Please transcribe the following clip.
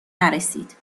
نرسید